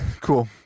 Cool